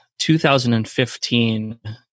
2015